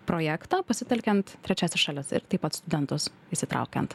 projektą pasitelkiant trečiąsias šalis ir taip pat studentus įsitraukiant